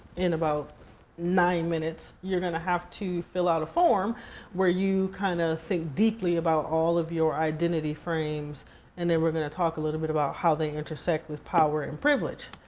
in about nine minutes, you're gonna have to fill out a form where you kinda think deeply about all of your identity frames and then we're gonna talk a little about how they intersect with power and privilege.